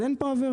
אז אין פה עבירה.